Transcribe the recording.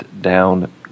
down